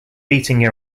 beating